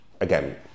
Again